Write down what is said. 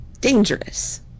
Dangerous